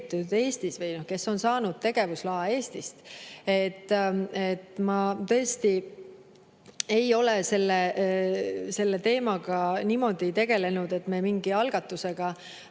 kes on saanud tegevusloa Eestist. Ma tõesti ei ole selle teemaga niimoodi tegelenud, et me mingi algatusega